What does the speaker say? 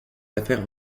affaires